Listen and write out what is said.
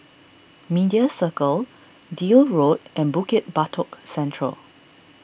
Media Circle Deal Road and Bukit Batok Central